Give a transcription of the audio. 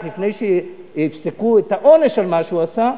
לפני שיפסקו את העונש על מה שהוא עשה,